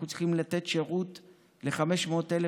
אנחנו צריכים לתת שירות ל-500,000